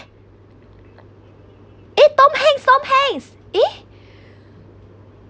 eh tom hanks tom hanks